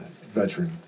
veteran